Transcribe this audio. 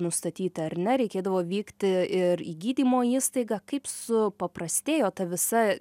nustatyti ar ne reikėdavo vykti ir į gydymo įstaigą kaip supaprastėjo ta visa